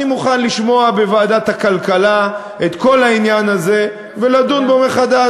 אני מוכן לשמוע בוועדת הכלכלה את כל העניין הזה ולדון בו מחדש.